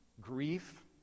Grief